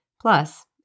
Plus